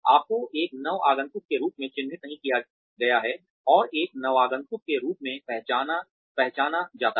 आपको एक नवागंतुक के रूप में चिन्हित नहीं किया गया है और एक नवागंतुक के रूप में पहचाना जाता है